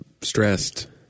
stressed